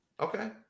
Okay